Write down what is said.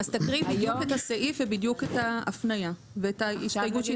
תקריאי בדיוק את הסעיף ובדיוק את ההפניה ואת ההסתייגות.